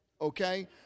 okay